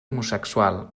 homosexual